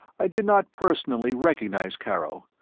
i did not personally recognize carrho,